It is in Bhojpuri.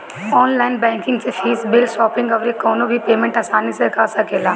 ऑनलाइन बैंकिंग से फ़ीस, बिल, शॉपिंग अउरी कवनो भी पेमेंट आसानी से कअ सकेला